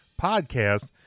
podcast